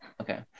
Okay